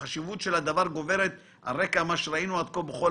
החשיבות של הדבר גוברת על רקע מה שראינו עד כה בכל